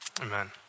Amen